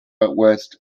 west